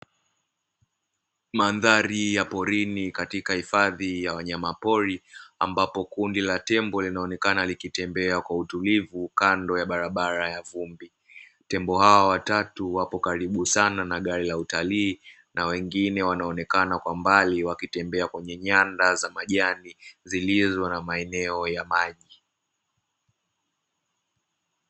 Mandhari ya porini katika hifadhi ya wanyamapori, ambapo kundi la tembo linaonekana likitembea kwa utulivu kando ya barabara ya vumbi. Tembo hawa watatu wapo karibu sana na gari la utalii, na wengine wanaonekana kwa mbali wakitembea kwenye nyanda za majani, zilizo na maeneo ya maji.